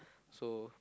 so